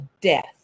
death